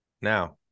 now